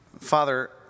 Father